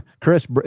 chris